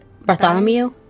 Bartholomew